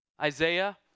Isaiah